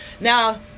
Now